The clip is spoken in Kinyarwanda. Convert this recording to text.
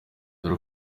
dore